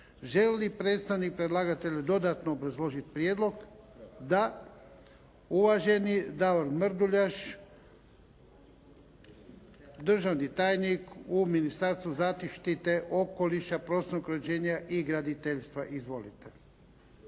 li predstavnik predlagatelja dodatno obrazložiti prijedlog? Da. Uvaženi Davor Mrduljaš, državni tajnik u Ministarstvu zaštite okoliša, prostornog uređenja i graditeljstva. Izvolite.